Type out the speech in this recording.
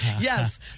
Yes